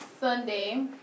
Sunday